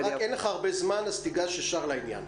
אין לך הרבה זמן, אז תיגש ישר לעניין.